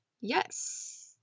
Yes